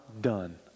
done